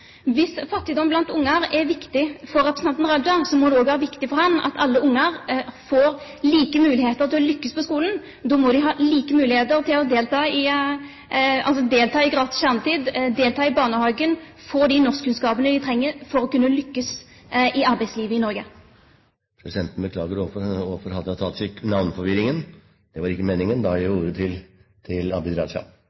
Hvis bekjempelse av fattigdom blant unger er viktig for representanten Raja, må det også være viktig for ham at alle unger får lik mulighet til å lykkes på skolen. Da må de ha lik mulighet til å delta i gratis kjernetid, delta i barnehagen og få de norskkunnskapene de trenger for å kunne lykkes i arbeidslivet i Norge. Presidenten beklager overfor Hadia Tajik navneforvirringen, det var ikke meningen.